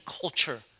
culture